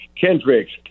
Kendricks